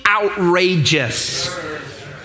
outrageous